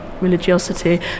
religiosity